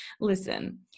Listen